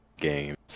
games